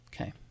Okay